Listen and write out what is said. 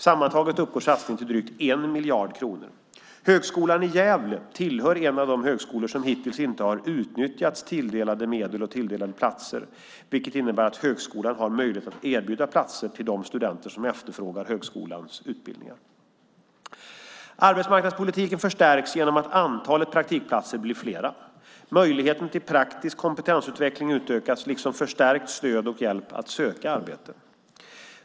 Sammantaget uppgår satsningen till drygt 1 miljard kronor. Högskolan i Gävle tillhör en av de högskolor som hittills inte har utnyttjat tilldelade medel och tilldelade platser, vilket innebär att högskolan har möjlighet att erbjuda platser till de studenter som efterfrågar högskolans utbildningar. Arbetsmarknadspolitiken förstärks genom att antalet praktikplatser blir flera. Möjligheten till praktisk kompetensutveckling utökas liksom förstärkt stöd och hjälp att söka arbete.